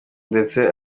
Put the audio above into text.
ndetse